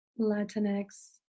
Latinx